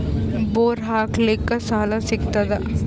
Bore ಹಾಕಲಿಕ್ಕ ಸಾಲ ಸಿಗತದ?